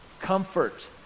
comfort